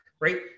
right